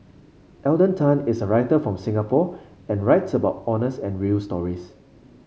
Alden Tan is a writer from Singapore and writes about honest and real stories